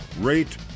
rate